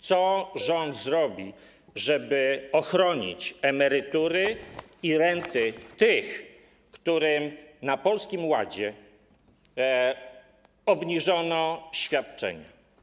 Co rząd zrobi, żeby ochronić emerytury i renty tych, którym na Polskim Ładzie obniżono świadczenia?